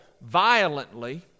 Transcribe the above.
violently